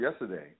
yesterday